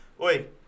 Oi